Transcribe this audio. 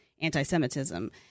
anti-semitism